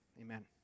Amen